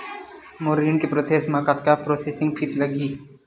मोर ऋण के प्रोसेस म कतका प्रोसेसिंग फीस लगही?